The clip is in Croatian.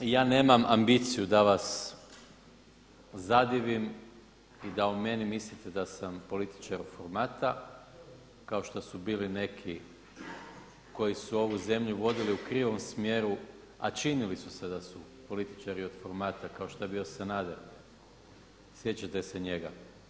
Ja nemam ambiciju da vas zadivim i da o meni mislite da sam političar od formata kao što su bili neki koji su ovu zemlju vodili u krivom smjeru, a činili su se da su političari od formata kao što je bio Sanader, sjećate se njega.